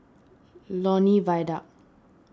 Lornie Viaduct